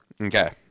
Okay